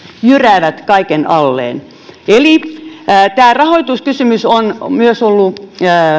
jyräävät kaiken alleen eli myös tämä rahoituskysymys on on ollut